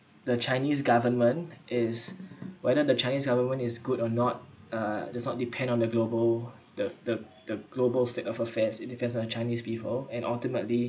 the chinese government is whether the chinese government is good or not uh that's not depend on the global the the the global state of affairs it depends on chinese people and ultimately